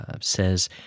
says